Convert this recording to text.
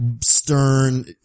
stern